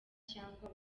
cyangwa